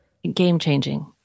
Game-changing